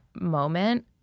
moment